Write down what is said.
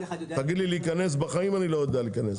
תגיד לי להיכנס, בחיים אני לא יודע להיכנס.